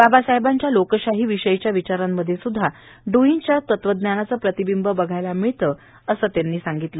बाबासाहेबांच्या लोकशाही विषयीच्या विचारामध्ये स्द्धा डूईच्या तत्वज्ञानाचे प्रतिबिंब बघावयास मिळते असे त्यांनी सांगितले